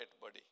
buddy